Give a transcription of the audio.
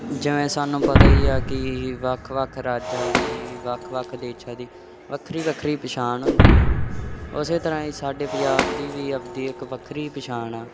ਜਿਵੇਂ ਸਾਨੂੰ ਪਤਾ ਹੀ ਆ ਕਿ ਵੱਖ ਵੱਖ ਰਾਜਾਂ ਦੀ ਵੱਖ ਵੱਖ ਦੇਸ਼ਾਂ ਦੀ ਵੱਖਰੀ ਵੱਖਰੀ ਪਛਾਣ ਹੁੰਦੀ ਆ ਉਸ ਤਰ੍ਹਾਂ ਹੀ ਸਾਡੇ ਪੰਜਾਬ ਦੀ ਵੀ ਆਪਦੀ ਇੱਕ ਵੱਖਰੀ ਪਛਾਣ ਆ